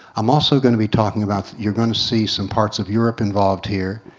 i'm also going to be talking about, you're going to see some parts of europe involved here.